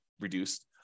reduced